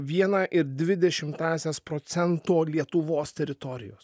vieną ir dvi dešimtąsias procento lietuvos teritorijos